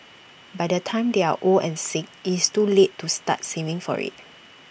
by the time they are old and sick it's too late to start saving for IT